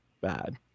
bad